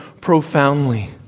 profoundly